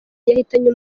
yahitanye